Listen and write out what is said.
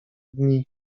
dni